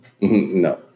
no